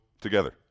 together